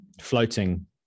Floating